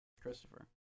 christopher